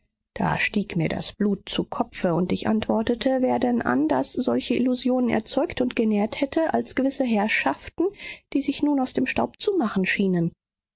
da stieg mir das blut zu kopfe und ich antwortete wer denn anders solche illusionen erzeugt und genährt hätte als gewisse herrschaften die sich nun aus dem staub zu machen schienen